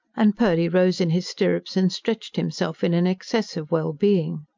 and purdy rose in his stirrups and stretched himself, in an excess of wellbeing.